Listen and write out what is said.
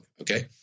Okay